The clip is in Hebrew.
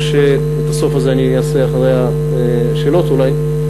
או שאת הסוף הזה אעשה אחרי השאלות אולי?